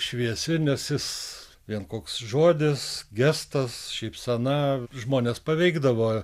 šviesi nes jis vien koks žodis gestas šypsena žmones paveikdavo